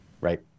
Right